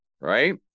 Right